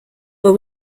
were